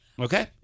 Okay